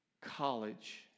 college